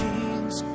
Kings